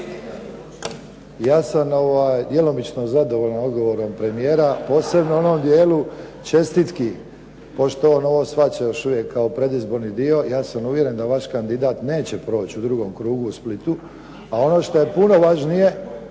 Ja sam djelomično zadovoljan odgovorom premijera. Posebno u onom dijelu čestitki pošto on ovo shvaća još uvijek kao predizborni dio. Ja sam uvjeren da vaš kandidat neće proći u drugom krugu u Splitu, a ono što je puno važnije,